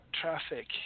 Traffic